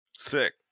Sick